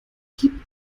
gib